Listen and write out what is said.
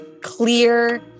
clear